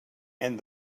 and